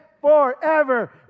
forever